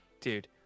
Dude